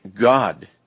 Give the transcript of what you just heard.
God